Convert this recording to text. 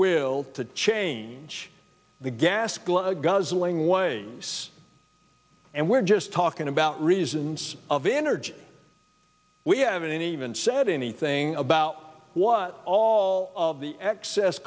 will to change the gas glug guzzling ways and we're just talking about reasons of energy we haven't even said anything about what all of the excess